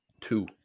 Two